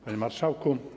Panie Marszałku!